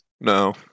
no